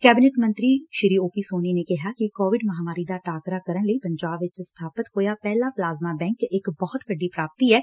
cabinet ਮੰਤਰੀ Shri OP Soni ਨੇ ਕਿਹਾ ਕਿ ਕੋਵਿਡ ਮਹਾਂਮਾਰੀ ਦਾ ਟਾਕਰਾ ਕਰਨ ਲਈ ਪੰਜਾਬ ਵਿੱਚ ਸਬਾਪਤ ਹੋਇਆ ਪਹਿਲਾ ਪਲਾਜ਼ਮਾ ਬੈਂਕ ਇੱਕ ਬਹੁਤ ਵੱਡੀ ਪੁਾਪਤੀ ਐ